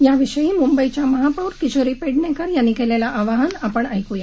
याविषयी मुंबईच्या महापौर किशोरी पेडणेकर यांनी केललं आवाहन आपण ऐकूया